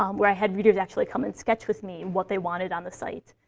um where i had readers actually come and sketch with me what they wanted on the site.